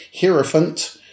Hierophant